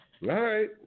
right